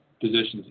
positions